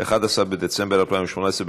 11 בדצמבר 2018,